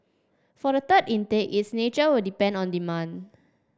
for the third intake its nature will depend on demand